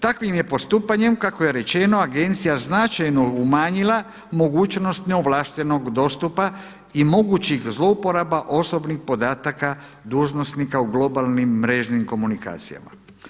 Takvim je postupanjem kako je rečeno agencija značajno umanjila mogućnost neovlaštenog dostupa i mogućih zlouporaba osobnih podataka dužnosnika u globalnim mrežnim komunikacijama.